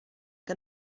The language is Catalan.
que